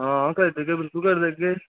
आं करी देगे बिल्कुल करी देगे